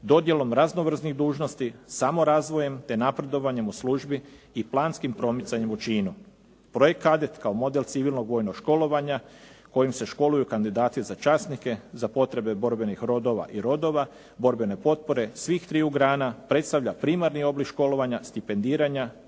dodjelom raznovrsnih dužnosti, samorazvojem, te napredovanjem u službi i planskim promicanjem u činu. Projekt "Kadet" kao model civilnog vojnog školovanja kojim se školuju kandidati za časnike za potrebe borbenih rodova i rodova, borbene potpore svih triju grana predstavlja primarni oblik školovanja, stipendiranja